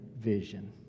vision